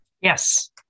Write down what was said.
yes